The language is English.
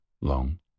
long